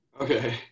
okay